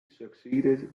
succeeded